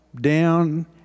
down